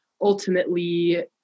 ultimately